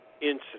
incident